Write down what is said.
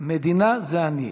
המדינה זה אני.